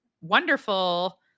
wonderful